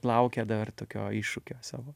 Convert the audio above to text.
laukia dar tokio iššūkio savo